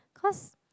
cause